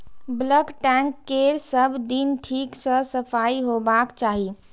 bulk tank केर सब दिन ठीक सं सफाइ होबाक चाही